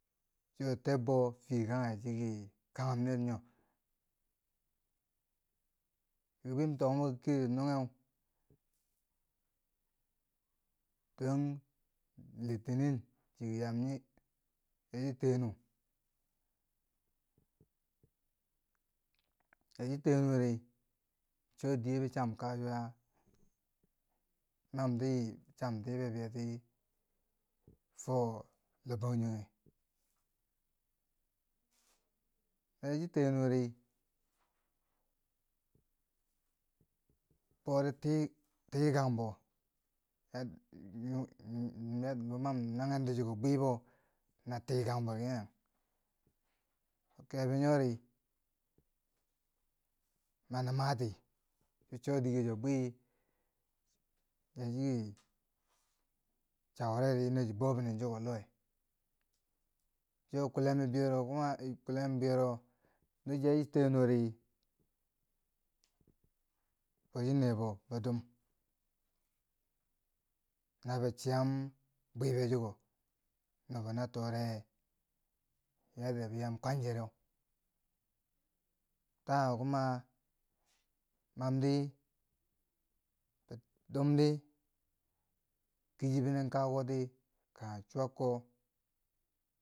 so tebbo fiye kanghe chiki kanghum ner nyo. dike min tok moki kiyeti nungheu, don litinin chiki yaam nyo chi tiyenu. No chi tiyenu ri cho diye bi cham Kasuwa mamti cham tibe betii fo lohbangjongheu, No yaa chi tiyenuu ri, bori ti tikangbo, La- m- m- m ba mam nanghen ti shi ko bwi bo na tikangbo kangheu, kebo nyori mani mati, cho dike chuwo bwi yaa chi chawarati na boh binen chiko loh we. to kullen bibeiyero kuma kullen bibeiyero no yaa chi tiyenuu ri, yaa chi nee boh bo duum, na bboh chiyam bweibe chiko, na noba a tore yadda boh yaam kwanjereu. Taa- wo kuma mam di, be- dum di kiichi binen kaakukoti kanghe chwyakko.